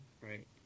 right